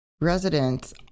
Residents